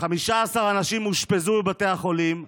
15 אנשים אושפזו בבתי החולים,